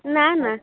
ନା ନା